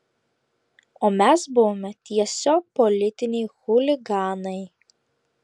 o mes buvome tiesiog politiniai chuliganai